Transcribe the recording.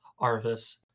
Arvis